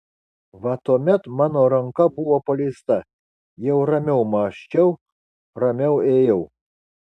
va tuomet mano ranka buvo paleista jau ramiau mąsčiau ramiau ėjau